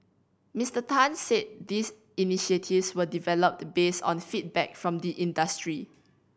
Mister Tan said these initiatives were developed based on feedback from the industry